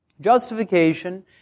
justification